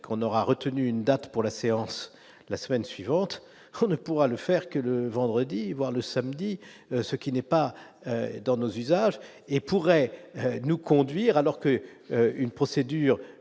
qu'on aura retenu une date pour la séance la semaine suivante, on ne pourra le faire que le vendredi, voir le samedi, ce qui n'est pas dans nos usages et pourrait nous conduire alors que une procédure.